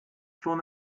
schon